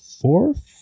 fourth